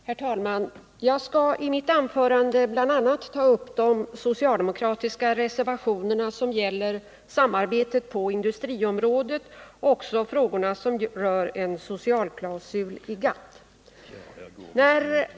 Herr talman! Jag skall i mitt anförande bl.a. ta upp de socialdemokratiska reservationer som gäller samarbetet på industriområdet samt frågan om en socialklausul i GATT.